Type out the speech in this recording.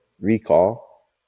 recall